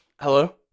hello